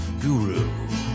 guru